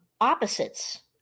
opposites